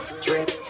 drip